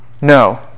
No